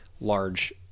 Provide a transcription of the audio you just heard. large